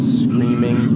screaming